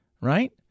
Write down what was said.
right